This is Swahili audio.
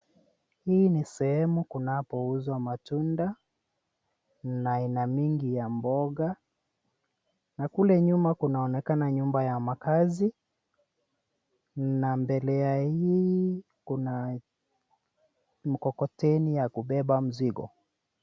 hii ni sehemu kunakouzwa matunda na aina nyingi ya mboga. Na kule nyuma kunaonekana nyumba ya makazi na mbele kuna mkokoteni ya kubeba mzigo.